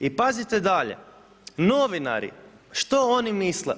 I pazite dalje, novinari, što oni misle?